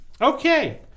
Okay